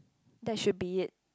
that should be it